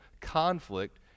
conflict